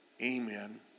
Amen